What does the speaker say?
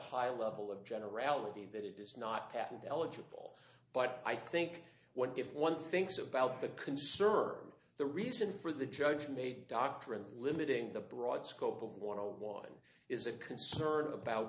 high level of generality that it is not patterned eligible but i think what if one thinks about the conservative the reason for the judge made doctrine limiting the broad scope of one hundred one is a concern about